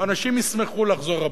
אנשים ישמחו לחזור הביתה.